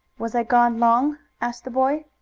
was i gone long? asked the boy.